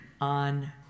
on